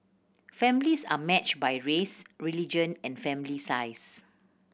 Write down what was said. families are matched by race religion and family size